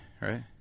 right